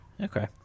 okay